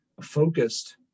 focused